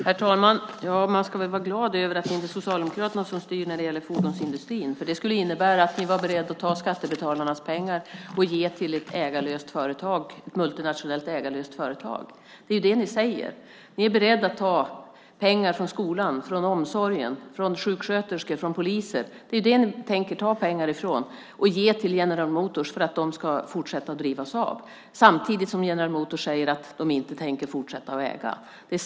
Herr talman! Man ska väl vara glad över att det inte är Socialdemokraterna som styr när det gäller fordonsindustrin. Ni var ju beredda att ta skattebetalarnas pengar och ge till ett multinationellt, ägarlöst företag. Det är ju det ni säger. Ni är beredda att ta pengar från skolan, omsorgen, sjuksköterskor och poliser. Det är ju därifrån ni tänker ta pengar och ge till General Motors för att man ska fortsätta driva Saab, samtidigt som General Motors säger att man inte tänker fortsätta att äga Saab.